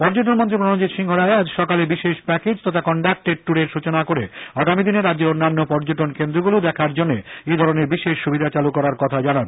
পর্যটনমন্ত্রী প্রণজিৎ সিংহ রায় আজ সকালে বিশেষ প্যাকেজ তথা কনডাক্টটেড ট্যুরের সূচনা করে আগামীদিনে রাজ্যের অন্যান্য পর্যটন কেন্দ্রগুলো দেখার জন্য এ ধরনের বিশেষ সুবিধা চালু করার কথা জানান